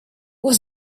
was